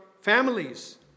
families